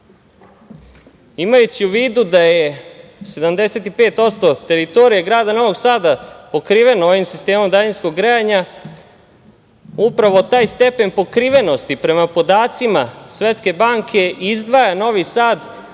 78%.Imajući u vidu da je 75% teritorije grada Novog Sada pokriveno ovim sistemom daljinskog grejanja, upravo taj stepen pokrivenosti prema podacima Svetske banka izdvaja Novi Sad